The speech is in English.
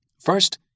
First